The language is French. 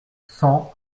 cent